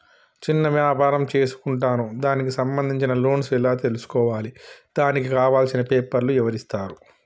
చిన్న వ్యాపారం చేసుకుంటాను దానికి సంబంధించిన లోన్స్ ఎలా తెలుసుకోవాలి దానికి కావాల్సిన పేపర్లు ఎవరిస్తారు?